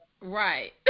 Right